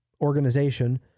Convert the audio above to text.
organization